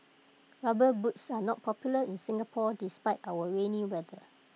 rubber boots are not popular in Singapore despite our rainy weather